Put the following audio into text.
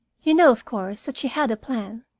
you know, of course, that she had a plan.